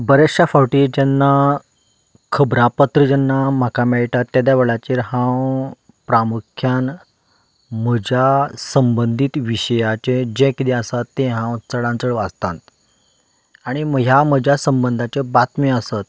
बऱ्याचशा फावटी जेन्ना खबरापत्रां जेन्ना म्हाका मेळटात तेदे वेळाचेर हांव प्रामुख्यान म्हज्या संबंदीत विशयांचें जें कितें आसा तें हांव चडांत चड वाचतां आनी ह्या म्हज्या संबंदाच्यो बातम्यो आसत